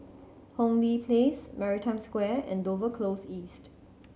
Hong Lee Place Maritime Square and Dover Close East